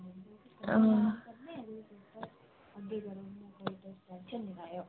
हां